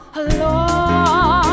alone